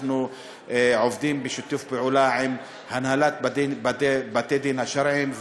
אנחנו עובדים בשיתוף פעולה עם הנהלת בתי-הדין השרעיים,